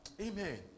Amen